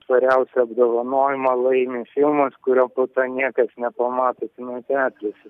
svariausią apdovanojimą laimi filmas kurio po to niekas nepamatė kino teatruose